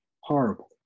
horrible